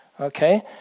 okay